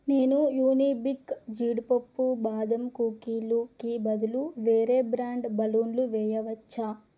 నేను యునీబిక్ జీడిపప్పు బాదం కుకీలుకి బదులు వేరే బ్రాండ్ బల్లూన్లు వేయవచ్చా